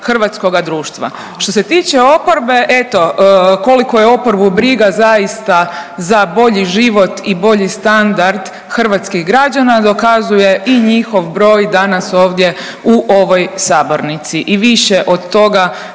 hrvatskoga društva. Što se tiče oporbe, eto koliko je oporbu briga zaista za bolji život i bolji standard hrvatskih građana dokazuje i njihov broj dana ovdje u ovoj sabornici. I više od toga